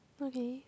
okay